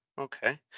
Okay